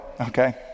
okay